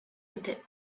entre